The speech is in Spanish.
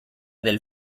del